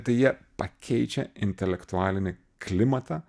tai jie pakeičia intelektualinį klimatą